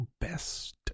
best